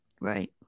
Right